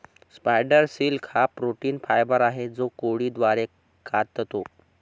spider silk हा protein fibre आहे जो कोळी द्वारे काततो